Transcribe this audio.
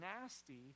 nasty